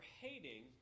hating